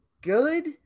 good